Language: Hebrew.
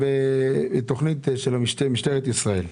לגבי תכנית משטרת ישראל.